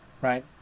right